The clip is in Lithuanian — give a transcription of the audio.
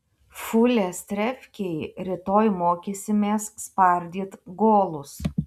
fulės trefkėj rytoj mokysimės spardyt golus